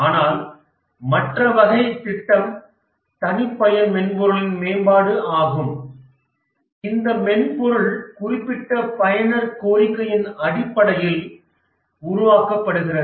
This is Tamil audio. ஆனால் மற்ற வகை திட்டம் தனிப்பயன் மென்பொருளின் மேம்பாடு ஆகும் இந்த மென்பொருள் குறிப்பிட்ட பயனர் கோரிக்கையின் அடிப்படையில் உருவாக்கப்படுகிறது